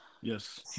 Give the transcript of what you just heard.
Yes